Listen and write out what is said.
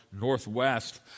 northwest